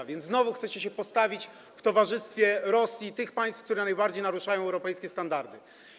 A więc znowu chcecie się postawić w towarzystwie Rosji i tych państw, które najbardziej naruszają europejskie standardy.